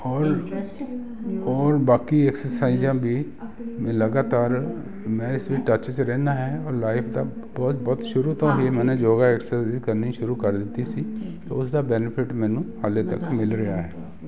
ਔਰ ਔਰ ਬਾਕੀ ਐਕਸਰਸਾਈਜ਼ਾਂ ਵੀ ਲਗਾਤਾਰ ਮੈਂ ਇਸ ਵਿੱਚ ਟੱਚ 'ਚ ਰਹਿੰਦਾ ਹਾਂ ਔਰ ਲਾਈਫ ਦਾ ਬਹੁਤ ਬਹੁਤ ਸ਼ੁਰੂ ਤੋਂ ਇਹ ਮੈਂ ਯੋਗਾ ਐਕਸਸਾਈਜ਼ ਕਰਨੀ ਸ਼ੁਰੂ ਕਰ ਦਿੱਤੀ ਸੀ ਅਤੇ ਉਸ ਦਾ ਬੈਨੀਫਿਟ ਮੈਨੂੰ ਹਾਲੇ ਤੱਕ ਮਿਲ ਰਿਹਾ ਹੈ